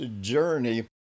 journey